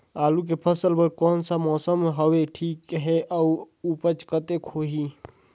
आलू के फसल बर कोन सा मौसम हवे ठीक हे अउर ऊपज कतेक होही?